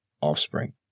offspring